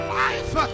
life